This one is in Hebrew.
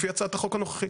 לפי הצעת החוק הנוכחית.